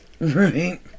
Right